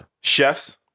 Chefs